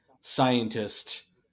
scientist